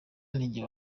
ninjye